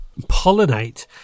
pollinate